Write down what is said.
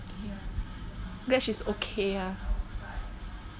glad she's okay ah